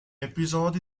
episodi